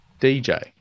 DJ